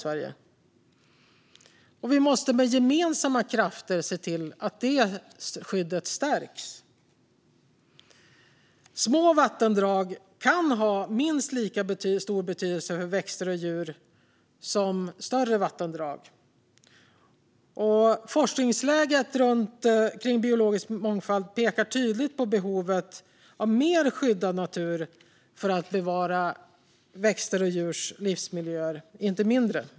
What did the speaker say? Vi måste med gemensamma krafter se till att skyddet stärks. Små vattendrag kan ha minst lika stor betydelse för växter och djur som större vattendrag. Forskningen om biologisk mångfald pekar tydligt på behovet av mer skyddad natur för att bevara växters och djurs livsmiljöer, inte mindre.